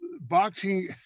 boxing